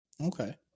Okay